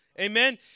Amen